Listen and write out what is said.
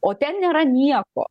o ten nėra nieko